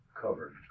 covered